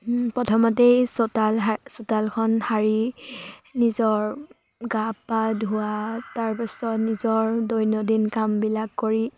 প্ৰথমতেই চোতাল চোতালখন সাৰি নিজৰ গা পা ধোৱা তাৰপাছত নিজৰ দৈনন্দিন কামবিলাক কৰি